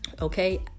Okay